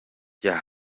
rya